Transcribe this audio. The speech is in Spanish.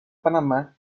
panamá